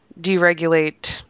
deregulate